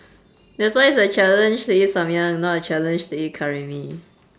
that's why it's a challenge to eat samyang not a challenge to eat curry mee